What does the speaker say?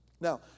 Now